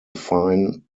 fine